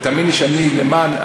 תאמיני לי שאני למען,